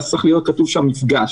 צריך להיות כתוב שם מפגש.